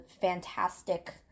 fantastic